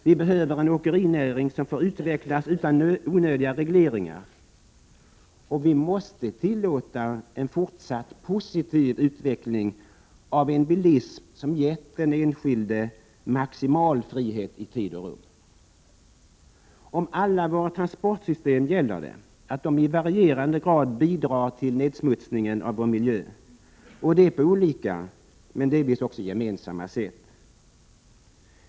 Vi behöver en åkerinäring som får utvecklas utan onödiga regleringar, och vi måste tillåta en fortsatt positiv utveckling av en bilism som ger den enskilde maximal frihet i tid och rum. Om alla våra transportsystem gäller att de i varierande grad bidrar till nedsmutsningen av vår miljö, på olika men delvis också samma sätt.